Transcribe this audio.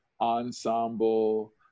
ensemble